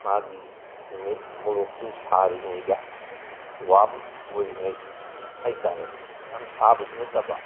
ꯃꯥꯒꯤ ꯅꯨꯃꯤꯠ ꯃꯣꯔꯣꯛꯇꯨ ꯁꯔꯤꯉꯩꯗ ꯋꯥꯔꯝ ꯑꯣꯏꯔꯤꯉꯩ ꯍꯥꯏꯕꯇꯥꯔꯦ ꯌꯥꯝ ꯁꯥꯕꯁꯨ ꯅꯠꯇꯕ